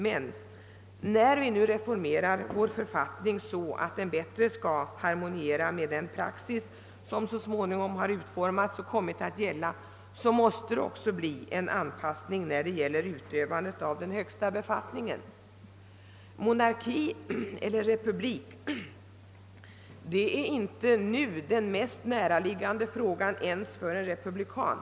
Men när vi nu reformerar vår författning för att den skall harmoniera bättre med den praxis som utformats och kommit att gälla, så måste det också bli en anpassning när det gäller utövandet av den högsta befattningen. Monarki eller republik är inte den mest näraliggande frågan nu ens för en republikan.